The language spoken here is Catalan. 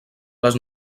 les